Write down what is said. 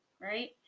right